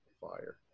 fire